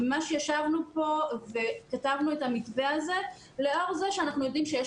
ישבנו וכתבתנו את המתווה הזה לאור זה שאנחנו יודעים שיש